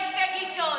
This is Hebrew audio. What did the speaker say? יש שתי גישות.